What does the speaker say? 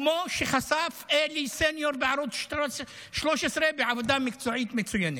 כמו שחשף אלי סניור בערוץ 13 בעבודה מקצועית ומצוינת?